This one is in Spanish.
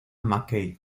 mckay